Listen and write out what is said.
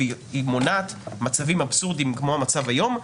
והיא מונעת מצבים אבסורדיים כמו המצב היום,